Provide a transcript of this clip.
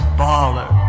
baller